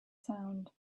sound